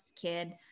kid